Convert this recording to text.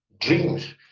dreams